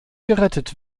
gerettet